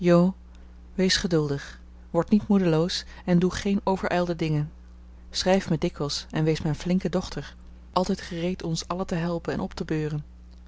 wees geduldig wordt niet moedeloos en doe geen overijlde dingen schrijf me dikwijls en wees mijn flinke dochter altijd gereed ons allen te helpen en op te beuren